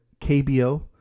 KBO